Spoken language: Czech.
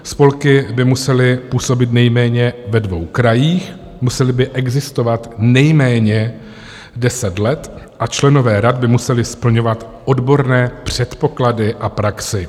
Spolky by musely působit nejméně ve dvou krajích, musely by existovat nejméně deset let a členové rad by museli splňovat odborné předpoklady a praxi.